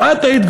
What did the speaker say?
את היית,